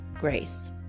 grace